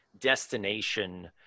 destination